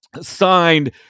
signed